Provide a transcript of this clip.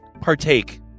partake